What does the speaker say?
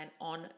on